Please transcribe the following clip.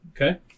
Okay